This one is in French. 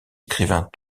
écrivains